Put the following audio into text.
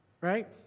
right